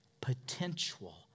potential